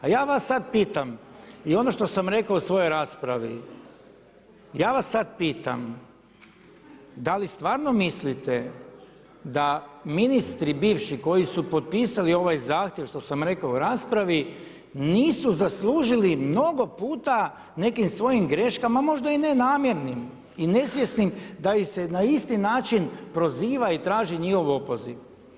A ja vas sad pitam i ono što sam rekao u svojoj raspravi, ja vas sad pitam, da li stvarno mislite, da ministri, bivši koji su potpisali ovaj zahtjev, kao što sam reklo u raspravi nisu zaslužili mnogo puta nekim svojim greškama, možda ne namjernim i nesvjesnim, da ih se na isti način proziva i traži njihov opoziv.